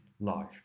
life